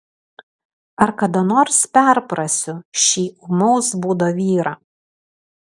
ar kada nors perprasiu šį ūmaus būdo vyrą